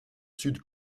sud